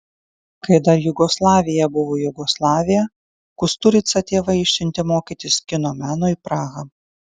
kai dar jugoslavija buvo jugoslavija kusturicą tėvai išsiuntė mokytis kino meno į prahą